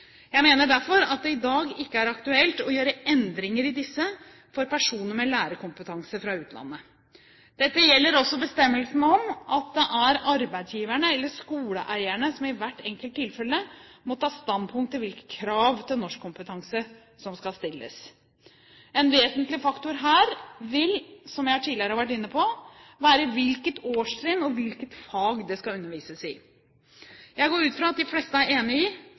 Jeg mener derfor at det i dag ikke er aktuelt å gjøre endringer i dette for personer med lærerkompetanse fra utlandet. Dette gjelder også bestemmelsen om at det er arbeidsgiverne eller skoleeierne som i hvert enkelt tilfelle må ta standpunkt til hvilke krav til norskkompetanse som skal stilles. En vesentlig faktor her vil, som jeg tidligere har vært inne på, være hvilket årstrinn det er og hvilket fag det skal undervises i. Jeg går ut fra at de fleste er enig i